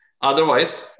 Otherwise